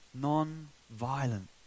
non-violent